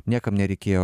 niekam nereikėjo